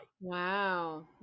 Wow